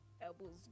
elbows